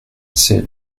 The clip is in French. ses